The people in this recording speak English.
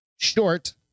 Short